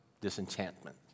disenchantment